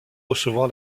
recevoir